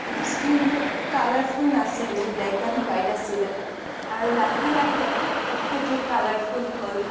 স্ক্ৰিণটোত colourful নাছিলে black and white আছিলে আৰু লাহে লাহে সেইটো কালাৰফুল হ'ল